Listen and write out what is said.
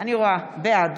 בעד